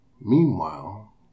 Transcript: Meanwhile